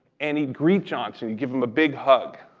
and he'd greet johnson. he'd give him a big hug.